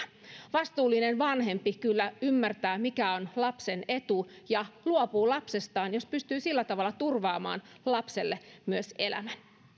vastuullinen vanhempi kyllä ymmärtää mikä on lapsen etu ja luopuu lapsestaan jos pystyy sillä tavalla turvaamaan lapselle myös elämän